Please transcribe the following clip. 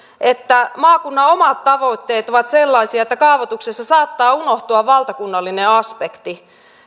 että maakunnan omat tavoitteet ovat sellaisia että kaavoituksessa saattaa unohtua valtakunnallinen aspekti